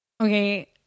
Okay